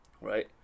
Right